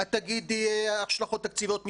את תגידי השלכות תקציביות,